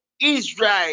israel